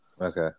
Okay